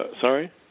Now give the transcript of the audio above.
Sorry